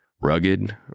rugged